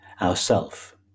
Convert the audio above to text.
ourself